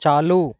चालू